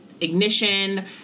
ignition